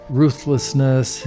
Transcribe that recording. ruthlessness